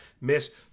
miss